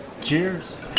Cheers